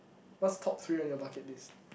what's top three on your bucket list